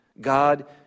God